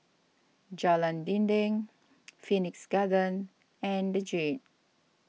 Jalan Dinding Phoenix Garden and the Jade